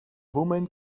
woman